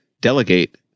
delegate